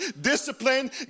discipline